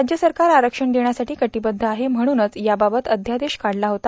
राज्य सरकार आरक्षण देण्यासाठी कटीबद्ध आहे म्हणूनच याबावत अध्यादेश काढला होता